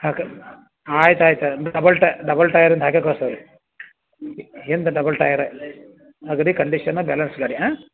ಹಾಂ ಕ್ ಆಯ್ತು ಆಯ್ತು ಅಂದ್ರ್ ಡಬಲ್ ಟ ಡಬಲ್ ಟಯರಿಂದು ಹಾಕೇ ಕಳ್ಸ್ತೇವೆ ರೀ ಹಿಂದೆ ಡಬಲ್ ಟಯರ ಅಗದೀ ಕಂಡೀಷನ್ನ ಬ್ಯಾಲೆನ್ಸ್ ಗಾಡಿ ಹಾಂ